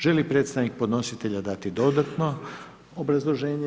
Želi li predstavnik podnositelja dati dodatno obrazloženje?